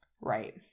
Right